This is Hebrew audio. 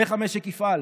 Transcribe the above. איך המשק יפעל?